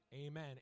Amen